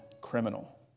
criminal